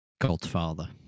Godfather